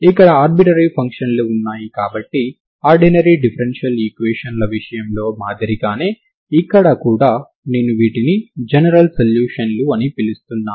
ఇక్కడ ఆర్బిట్రరీ ఫంక్షన్లు ఉన్నాయి కాబట్టి ఆర్డినరీ డిఫరెన్షియల్ ఈక్వేషన్ ల విషయం లో మాదిరిగానే ఇక్కడ కూడా నేను వీటిని జనరల్ సొల్యూషన్ లు అని పిలుస్తున్నాను